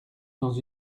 dans